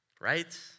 right